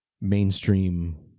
mainstream